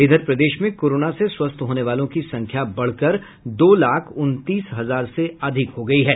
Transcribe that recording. इधर प्रदेश में कोरोना से स्वस्थ होने वालों की संख्या बढ़कर दो लाख उनतीस हजार से अधिक हो गयी है